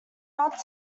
not